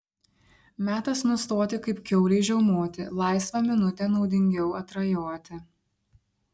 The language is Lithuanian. metas nustoti kaip kiaulei žiaumoti laisvą minutę naudingiau atrajoti